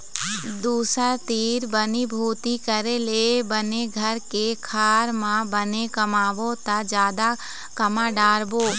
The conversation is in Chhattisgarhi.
दूसर तीर बनी भूती करे ले बने घर के खार म बने कमाबो त जादा कमा डारबो